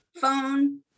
phone